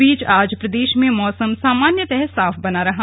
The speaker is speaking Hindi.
इस बीच आज प्रदेश में मौसम सामान्यतः साफ बना रहा